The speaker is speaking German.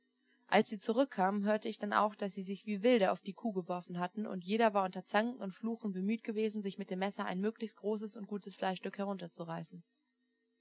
als sie zurückkamen hörte ich dann auch daß sie sich wie wilde auf die kuh geworfen hatten und jeder war unter zanken und fluchen bemüht gewesen sich mit dem messer ein möglichst großes und gutes fleischstück herunterzureißen